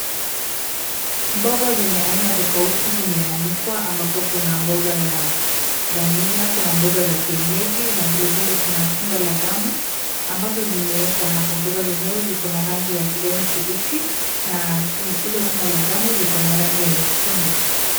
Mboga zenye aina tofauti zimeanikwa, ambapo kuna mboga ya dania, kuna mboga za kienyeji na vile vile kuna tunda la damu ambazo zimeekwa hapo. Mboga zenyewe ziko na rangi ya kijani kibichi na hilo tunda la damu liko na rangi ya nyekundu.